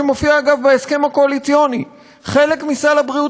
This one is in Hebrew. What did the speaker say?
אתם בש"ס הצלחתם על כמה סעיפים חברתיים לעמוד,